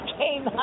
came